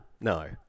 No